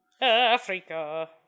Africa